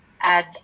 add